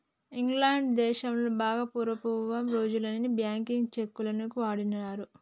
England దేశంలో బాగా పూర్వపు రోజుల్లోనే బ్యేంకు చెక్కులను వాడినారు